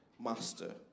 Master